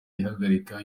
ihagarika